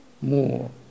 more